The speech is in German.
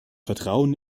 vertrauen